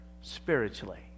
spiritually